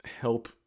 help